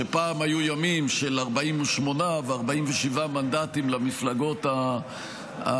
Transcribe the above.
שפעם היו ימים של 48 ו-47 מנדטים למפלגות הגדולות,